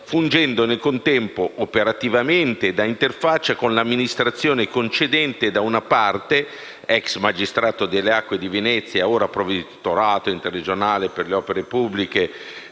fungendo nel contempo, operativamente, da interfaccia con l'amministrazione concedente, da una parte (ex Magistrato alle acque di Venezia, ora Provveditorato interregionale per le opere pubbliche